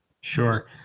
Sure